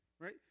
Right